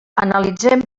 analitzem